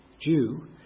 Jew